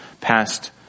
past